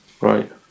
Right